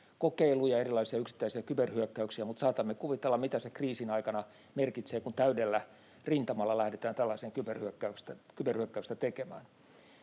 kokeiluja, erilaisia yksittäisiä kyberhyökkäyksiä, mutta saatamme kuvitella, mitä se kriisin aikana merkitsee, kun täydellä rintamalla lähdetään kyberhyökkäystä tekemään.